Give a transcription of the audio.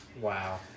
Wow